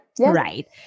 right